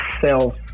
self